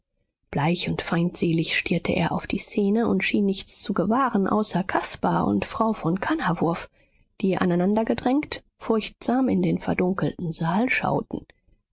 bleich und feindselig stierte er auf die szene und schien nichts zu gewahren außer caspar und frau von kannawurf die aneinander gedrängt furchtsam in den verdunkelten saal schauten